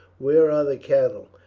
where are the cattle?